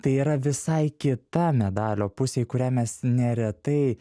tai yra visai kita medalio pusė į kurią mes neretai